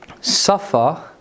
suffer